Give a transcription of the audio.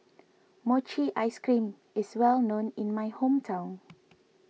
Mochi Ice Cream is well known in my hometown